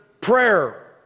prayer